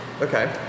Okay